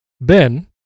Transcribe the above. Ben